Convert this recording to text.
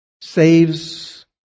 saves